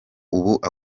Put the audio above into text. uba